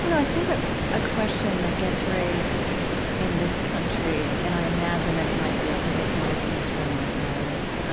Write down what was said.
you know i think a ah question that gets raised in this country, and i imagine imagine that it might be on people's minds in this room right now, is